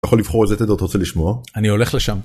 יכול לבחור איזה תדר אתה רוצה לשמוע. אני הולך לשם.